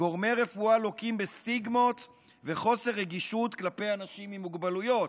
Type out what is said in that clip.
גורמי רפואה לוקים בסטיגמות וחוסר רגישות כלפי אנשים עם מוגבלויות.